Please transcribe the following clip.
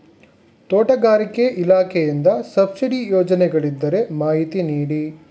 ತೋಟಗಾರಿಕೆ ಇಲಾಖೆಯಿಂದ ಸಬ್ಸಿಡಿ ಯೋಜನೆಗಳಿದ್ದರೆ ಮಾಹಿತಿ ನೀಡಿ?